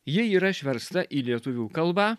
ji yra išversta į lietuvių kalbą